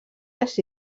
les